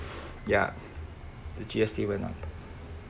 ya the G_S_T went up